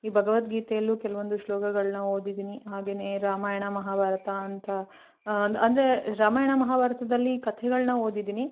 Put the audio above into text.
ಈ ಭಗವದ್ಗೀತೆಯಲ್ಲೂ ಕೆಲವೊಂದು ಶ್ಲೋಕಗಳನ್ನ ಓದಿದ್ದೀನಿ ಹಾಗೆಯೇ ರಾಮಾಯಣ ಮಹಾಭಾರತ ಅಂತ ಅಂದರೆ ರಾಮಾಯಣ ಮಹಾಭಾರತದಲ್ಲಿ ಕಥೆಗಳನ್ನ ಓದಿದ್ದೀನಿ